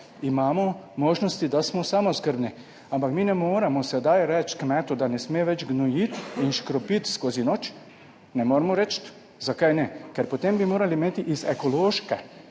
imamo možnosti, da smo samooskrbni. Ampak mi ne moremo sedaj reči kmetu, da ne sme več gnojiti in škropiti skozi noč, ne moremo reči, zakaj ne? Ker potem bi morali imeti iz ekološke